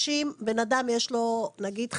בן אדם, יש לו נגיד 50,